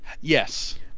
Yes